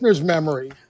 memory